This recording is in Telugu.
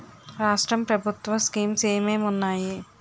రాష్ట్రం ప్రభుత్వ స్కీమ్స్ ఎం ఎం ఉన్నాయి?